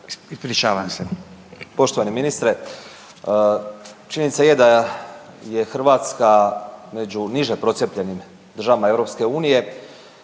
suverenisti)** Poštovani ministre činjenica je da je Hrvatska među niže procijepljenim državama